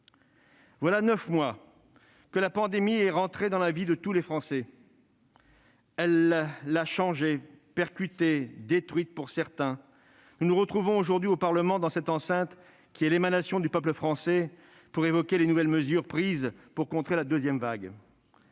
Voilà neuf mois que la pandémie est entrée dans la vie de tous les Français. Elle l'a changée, percutée, détruite pour certains. Nous nous retrouvons ce jour au Parlement, dans cette enceinte qui est l'émanation du peuple français, pour évoquer les nouvelles mesures prises pour contrer la deuxième vague.